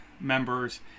members